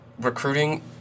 recruiting